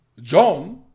John